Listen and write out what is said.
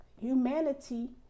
humanity